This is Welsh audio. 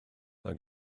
mae